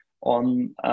on